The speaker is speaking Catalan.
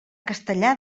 castellar